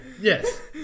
yes